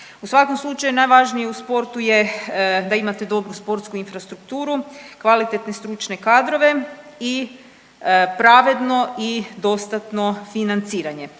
U svakom slučaju najvažnije u sportu je da imate dobru sportsku infrastrukturu, kvalitetne stručne kadrove i pravedno i dostatno financiranje.